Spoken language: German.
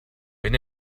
wenn